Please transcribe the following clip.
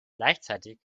gleichzeitig